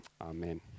Amen